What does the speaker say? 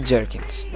Jerkins